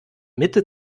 mitte